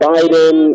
Biden